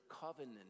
covenant